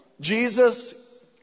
Jesus